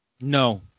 No